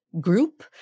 group